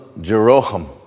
Jeroham